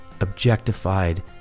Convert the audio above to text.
objectified